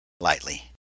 lightly